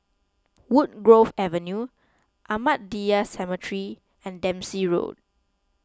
Woodgrove Avenue Ahmadiyya Cemetery and Dempsey Road